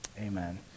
amen